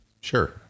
sure